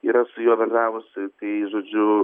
yra su juo bendravusi tai žodžiu